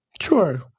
Sure